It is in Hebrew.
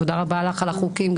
תודה רבה לך על החוקים,